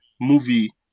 movie